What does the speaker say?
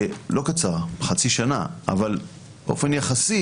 לא קצר, חצי שנה, אבל באופן יחסי